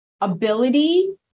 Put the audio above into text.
ability